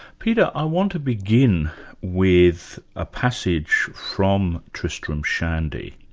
peter, i want to begin with a passage from tristram shandy.